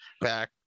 back